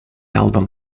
album